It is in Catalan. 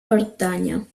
pertànyer